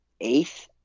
eighth